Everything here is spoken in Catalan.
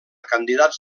candidats